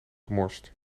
gemorst